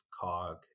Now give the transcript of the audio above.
cog